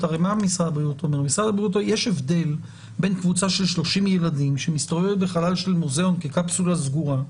יש הבדל בין קבוצה של 30 ילדים שמסתובבת בחלל של מוזיאון כקפסולה סגורה,